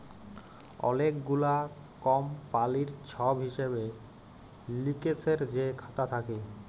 অলেক গুলা কমপালির ছব হিসেব লিকেসের যে খাতা থ্যাকে